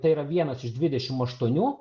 tai yra vienas iš dvidešim aštuonių